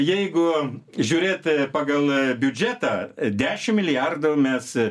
jeigu žiūrėt pagal biudžetą dešimt milijardų mes